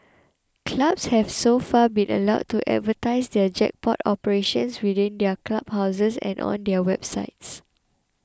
clubs have so far been allowed to advertise their jackpot operations within their clubhouses and on their websites